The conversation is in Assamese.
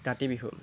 কাতি বিহু